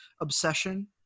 obsession